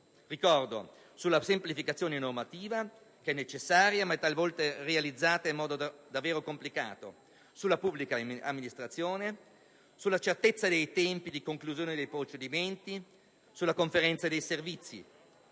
quali la semplificazione normativa, che è necessaria ma talvolta è realizzata in modo davvero complicato, la pubblica amministrazione, la certezza dei tempi di conclusione dei procedimenti, la Conferenza dei servizi: